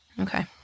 Okay